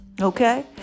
Okay